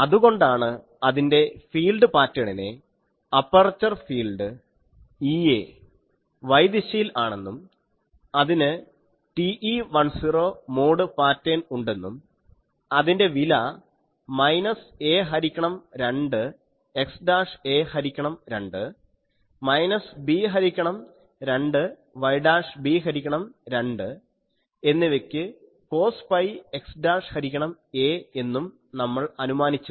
അതുകൊണ്ടാണ് അതിൻറെ ഫീൽഡ് പാറ്റേണിനെ അപ്പർച്ചർ ഫീൽഡ് Ea y ദിശയിൽ ആണെന്നും അതിന് TE10 മോഡ് പാറ്റേൺ ഉണ്ടെന്നും അതിൻ്റെ വില മൈനസ് a ഹരിക്കണം 2 x a ഹരിക്കണം 2 മൈനസ് b ഹരിക്കണം 2 y b ഹരിക്കണം 2 എന്നിവയ്ക്ക് കോസ് പൈ x ഹരിക്കണം a എന്നും നമ്മൾ അനുമാനിച്ചത്